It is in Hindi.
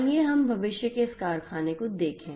आइए हम भविष्य के इस कारखाने को देखें